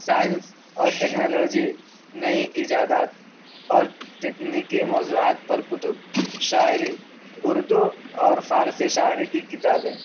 science اور technology نئی ایجادات اور تکنیکی موضوعات پر کتب شاعری اردو اور فارسی شاعری کی کتابیں